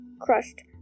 crushed